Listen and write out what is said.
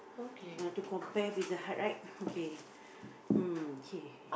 uh to compare Pizza-Hut right okay mm okay